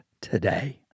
today